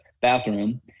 bathroom